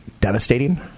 devastating